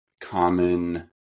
common